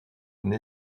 une